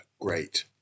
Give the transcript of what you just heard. great